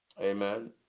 Amen